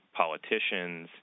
politicians